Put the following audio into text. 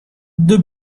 they